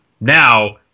Now